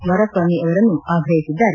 ಕುಮಾರ ಸ್ವಾಮಿ ಅವರನ್ನು ಆಗ್ರಹಿಸಿದ್ದಾರೆ